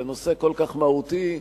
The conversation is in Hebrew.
לנושא כל כך מהותי,